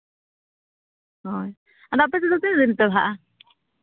ᱦᱳᱭ ᱟᱯᱮ ᱥᱮᱫ ᱫᱚ ᱛᱤᱱᱟᱹᱜ ᱫᱤᱱ ᱯᱮ ᱵᱟᱦᱟᱜᱼᱟ